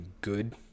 good